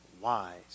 wise